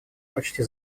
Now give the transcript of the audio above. почти